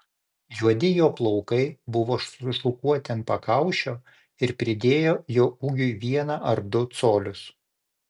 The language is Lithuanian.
juodi jo plaukai buvo sušukuoti ant pakaušio ir pridėjo jo ūgiui vieną ar du colius